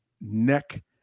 neck